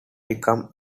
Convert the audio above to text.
became